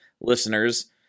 listeners